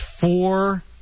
four